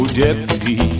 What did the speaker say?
deputy